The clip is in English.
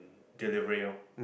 delivery ah